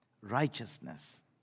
Righteousness